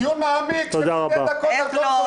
בדיון מעמיק של שתי דקות על כל שופט.